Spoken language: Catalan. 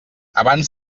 abans